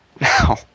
Now